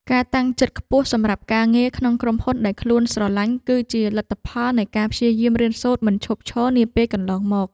ការតាំងចិត្តខ្ពស់សម្រាប់ការងារក្នុងក្រុមហ៊ុនដែលខ្លួនស្រឡាញ់គឺជាលទ្ធផលនៃការព្យាយាមរៀនសូត្រមិនឈប់ឈរនាពេលកន្លងមក។